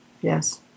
Yes